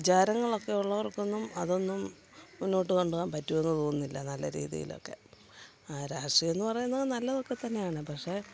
വിചാരങ്ങളൊക്കെ ഉള്ളവർക്കൊന്നും അതൊന്നും മുന്നോട്ട് കൊണ്ടോവാൻ പറ്റുമെന്ന് തോന്നുന്നില്ല നല്ലരീതീലൊക്കെ രാഷ്ട്രീയം എന്ന് പറയുന്നത് നല്ലതൊക്കെത്തന്നെയാണ് പക്ഷേ